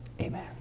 amen